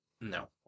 no